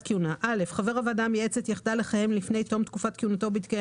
כהונה חבר הוועדה המייעצת יחדל לכהן לפני תום תקופת כהונתו בהתקיים